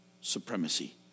supremacy